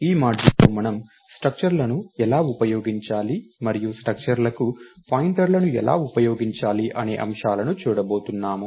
ఈ మాడ్యూల్లో మనం స్ట్రక్చర్లను ఎలా ఉపయోగించాలి మరియు స్ట్రక్చర్లకు పాయింటర్లను ఎలా ఉపయోగించాలి అనే అంశాలను చూడబోతున్నాం